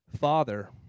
Father